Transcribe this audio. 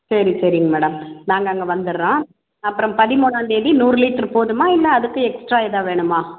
சரி சரிங்க மேடம் நாங்கள் அங்கே வந்துடறோம் அப்புறம் பதிமூணாந்தேதி நூறு லிட்ரு போதுமா இல்லை அதுக்கு எக்ஸ்ட்ரா ஏதா வேணுமா